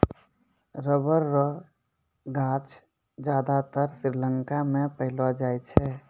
rubber रो गांछ ज्यादा श्रीलंका मे पैलो जाय छै